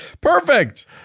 Perfect